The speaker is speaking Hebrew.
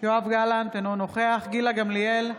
יואב גלנט, אינו נוכח גילה גמליאל,